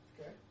Okay